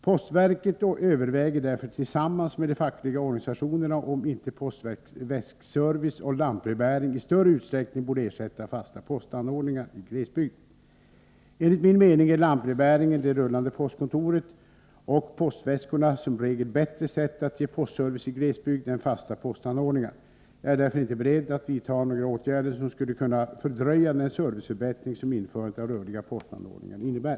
Postverket överväger därför tillsammans med de fackliga organisationerna om inte postväskservice och lantbrevbäring i större utsträckning borde ersätta fasta postanordningar i glesbygd. Enligt min mening är lantbrevbäringen — det rullande postkontoret — och postväskorna som regel bättre sätt att ge postservice i glesbygd än fasta postanordningar. Jag är därför inte beredd att vidta några åtgärder som skulle kunna fördröja den serviceförbättring som införandet av rörliga postanordningar innebär.